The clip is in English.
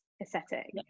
aesthetic